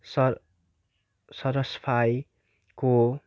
sir सर्फाइको